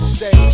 say